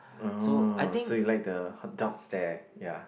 orh so you like the hot dogs there ya